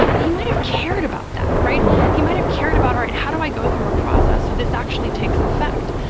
um he might have cared about that. right. and he might have cared about. right. how do i go through a process? so this actually takes effect.